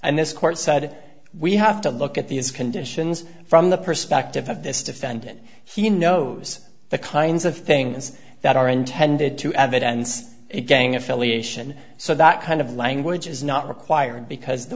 and this court said we have to look at these conditions from the perspective of this defendant he knows the kinds of things that are intended to add that ends it gang affiliation so that kind of language is not required because the